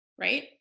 right